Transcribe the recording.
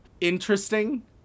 interesting